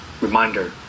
reminder